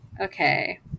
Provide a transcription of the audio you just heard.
Okay